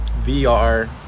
VR